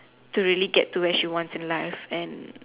to really get to where she wants in life and